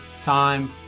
Time